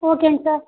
ஓகேங்க சார்